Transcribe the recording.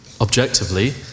objectively